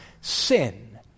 sin